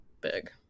big